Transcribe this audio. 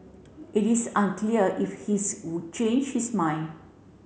it is unclear if his would change his mind